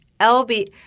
LB